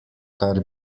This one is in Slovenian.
kar